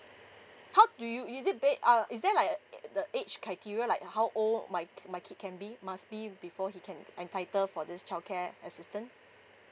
how do you is it ba~ uh is there like uh the age criteria like how old my k~ my kid can be must be before he can entitle for this child care assistant